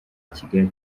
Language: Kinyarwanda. kigali